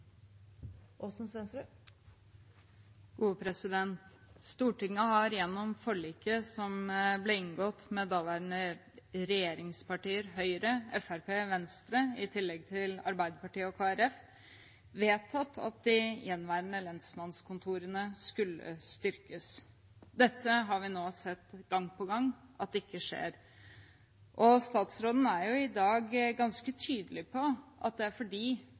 Arbeiderpartiet og Kristelig Folkeparti, vedtatt at de gjenværende lensmannskontorene skulle styrkes. Dette har vi nå sett gang på gang at ikke skjer. Og statsråden er i dag ganske tydelig på at det er